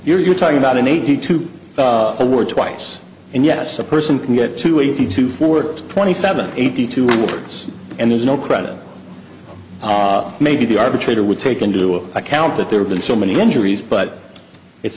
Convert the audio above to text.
two you're talking about an eighty two a word twice and yes a person can get to eighty two forwards twenty seven eighty two words and there's no credit maybe the arbitrator would take into account that there have been so many injuries but it's